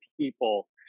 people